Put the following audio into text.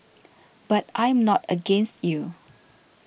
but I am not against you